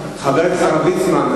חבר הכנסת הרב ליצמן,